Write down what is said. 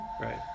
right